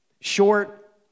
short